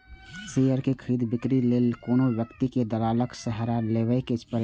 share के खरीद, बिक्री लेल कोनो व्यक्ति कें दलालक सहारा लेबैए पड़ै छै